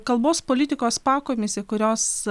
kalbos politikos pakomisė kurios